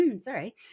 Sorry